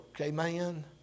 Amen